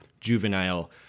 juvenile